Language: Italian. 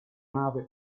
nave